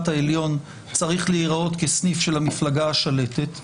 העליון צריך להיראות כסניף של המפלג השלטת.